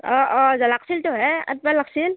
অঁ অঁ যাবা লাগিছিলতো হে আনিব লাগিছিল